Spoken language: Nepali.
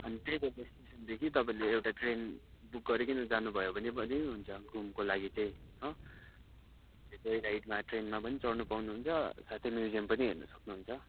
अनि त्यही रेलवे स्टेसनदेखि तपाईँले एउटा ट्रेन बुक गरिकन जानुभयो भने पनि हुन्छ घुमको लागि चाहिँ हो त्यही राइडमा ट्रेनमा पनि चढ्नु पाउनुहुन्छ साथै म्युजियम पनि हेर्न सक्नुहुन्छ